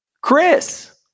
Chris